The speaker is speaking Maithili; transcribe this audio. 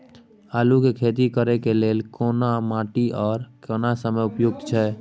आलू के खेती करय के लेल केना माटी आर केना समय उपयुक्त छैय?